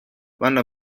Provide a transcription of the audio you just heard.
vanno